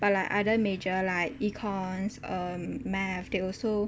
but like other major like econs um math they also